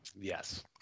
Yes